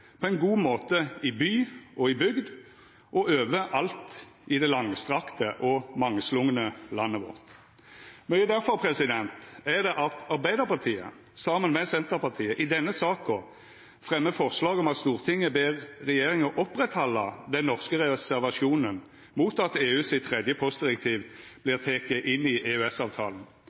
på ein god måte i by og i bygd og overalt i det langstrekte og mangslungne landet vårt. Mykje difor er det at Arbeidarpartiet, saman med Senterpartiet, i denne saka fremjar forslag om at Stortinget ber regjeringa oppretthalda den norske reservasjonen mot at EU sitt tredje postdirektiv vert teke inn i